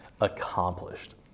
accomplished